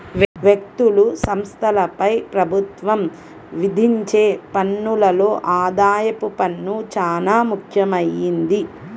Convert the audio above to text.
వ్యక్తులు, సంస్థలపై ప్రభుత్వం విధించే పన్నుల్లో ఆదాయపు పన్ను చానా ముఖ్యమైంది